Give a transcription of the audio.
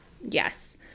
yes